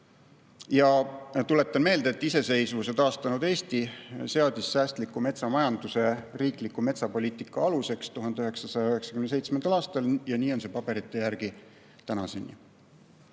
Tuletan meelde, et iseseisvuse taastanud Eesti seadis säästliku metsamajanduse riikliku metsapoliitika aluseks 1997. aastal ja nii on see paberite järgi tänaseni.